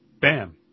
Bam